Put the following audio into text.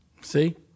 See